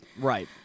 Right